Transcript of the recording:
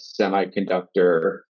semiconductor